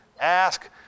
ask